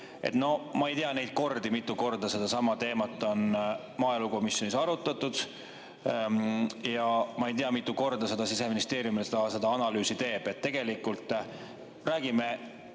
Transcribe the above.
ma ei tea, mitu korda sedasama teemat on maaelukomisjonis arutatud, ja ma ei tea, mitu korda Siseministeerium seda analüüsi teeb. Tegelikult, räägime